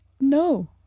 No